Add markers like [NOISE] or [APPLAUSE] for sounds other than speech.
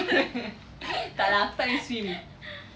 [LAUGHS] tak lah aku tak boleh swim